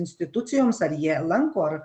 institucijoms ar jie lanko ar